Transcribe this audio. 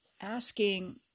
asking